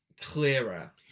clearer